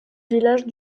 village